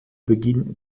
beginn